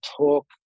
talk